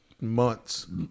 months